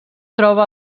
troba